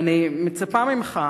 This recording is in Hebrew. ואני מצפה ממך,